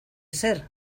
ser